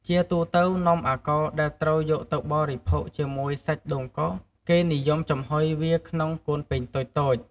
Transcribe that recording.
ជាទូទៅ នំអាកោរដែលត្រូវយកទៅបរិភោគជាមួយសាច់ដូងកោស គេនិយមចំហុយវាក្នុងកូនពែងតូចៗ។